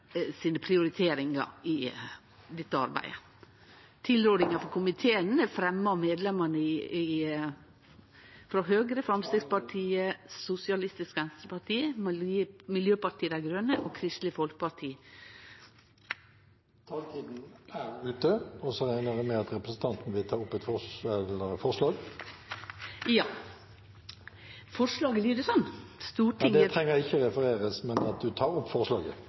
sine prioriteringar i dette arbeidet. Tilrådinga frå komiteen er fremja av medlemmane frå Høgre, Framstegspartiet, Sosialistisk Venstreparti, Raudt, Venstre, Miljøpartiet Dei Grøne og Kristeleg Folkeparti. Taletiden er ute. Jeg regner med at representanten vil ta opp forslag? Ja, det vil eg. Da har representanten Birgit Oline Kjerstad tatt opp forslaget